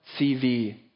CV